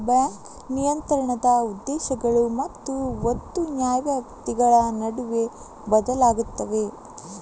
bank ನಿಯಂತ್ರಣದ ಉದ್ದೇಶಗಳು ಮತ್ತು ಒತ್ತು ನ್ಯಾಯವ್ಯಾಪ್ತಿಗಳ ನಡುವೆ ಬದಲಾಗುತ್ತವೆ